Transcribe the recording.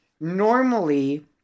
normally